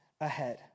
ahead